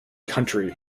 country